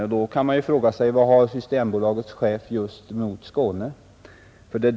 Man kan därför fråga sig vad Systembolagets chef har just mot Skåne.